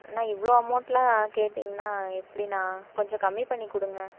அண்ணா இவ்வளோ அமௌண்டெலாம் கேட்டிங்கன்னால் எப்படிண்ணா கொஞ்சம் கம்மி பண்ணிக்கொடுங்க